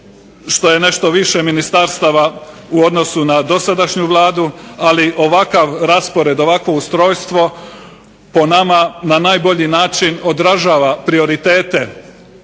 što je nešto više ministarstava u odnosu na dosadašnju Vladu ali ovakav raspored, ovakvo ustrojstvo po nama na najbolji način održava prioritete,